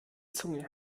zunge